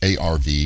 ARV